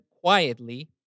quietly